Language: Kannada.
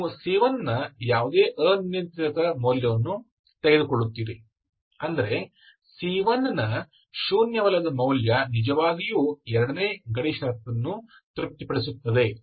ಆದ್ದರಿಂದ ನೀವು c1 ನ ಯಾವುದೇ ಅನಿಯಂತ್ರಿತ ಮೌಲ್ಯವನ್ನು ತೆಗೆದುಕೊಳ್ಳುತ್ತೀರಿ ಅಂದರೆ c1 ನ ಶೂನ್ಯವಲ್ಲದ ಮೌಲ್ಯ ನಿಜವಾಗಿಯೂ 2 ನೇ ಗಡಿ ಷರತ್ತನ್ನು ತೃಪ್ತಿಪಡಿಸುತ್ತದೆ